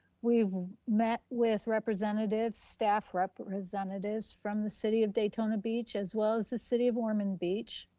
we've met with representatives, staff representatives from the city of daytona beach, as well as the city of ormond beach.